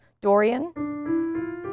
Dorian